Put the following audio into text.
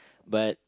but